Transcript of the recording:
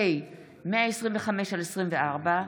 פ/125/24,